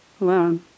Alone